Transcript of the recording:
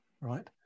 right